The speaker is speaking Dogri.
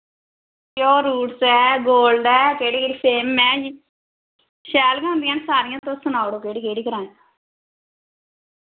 प्योर रूट्स ऐ गोल्ड ऐ केह्ड़ी केह्ड़ी फेम ऐ शैल गै होंदियां न सारियां तुस सनाउड़ो केह्ड़ी केह्ड़ी करानी